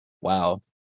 Wow